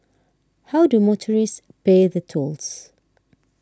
how do motorists pay the tolls